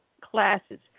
classes